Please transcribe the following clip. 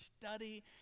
study